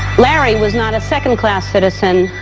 larry was not a second-class citizen.